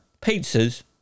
pizzas